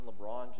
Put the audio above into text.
LeBron